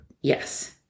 Yes